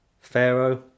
Pharaoh